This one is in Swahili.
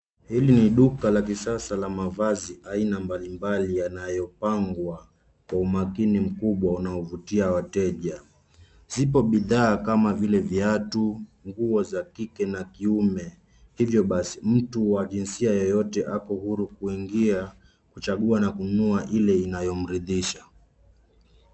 Hili duka la kisasa la mavazi aina mbalimbali yanayopangwa kwa umakini mkubwa yanayovutia wateja. Zipo bidhaa kama vile viatu nguo za kike na kiume hivyo basi mtu wa jinsia yoyote ako huru kuingia kuchagua na kununua ile inayomridhisha.